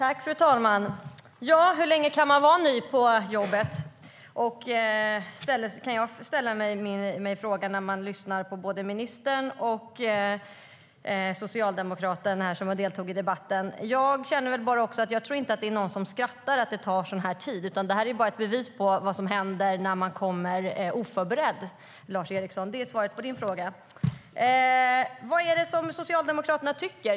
Fru talman! Hur länge kan man vara ny på jobbet? Jag ställer mig den frågan när jag lyssnar både på ministern och på socialdemokraten som deltar i debatten. Jag tror inte att det är någon som skrattar för att det här tar tid, utan det är bara ett bevis på vad som händer när man kommer oförberedd. Det är svaret på Lars Erikssons fråga. Vad tycker Socialdemokraterna?